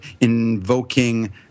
invoking